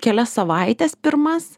kelias savaites pirmas